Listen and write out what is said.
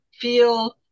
feel